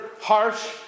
harsh